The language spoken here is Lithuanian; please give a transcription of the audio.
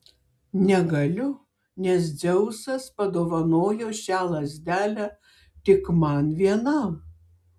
negaliu nes dzeusas padovanojo šią lazdelę tik man vienam